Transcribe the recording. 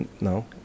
No